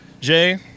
Jay